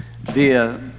via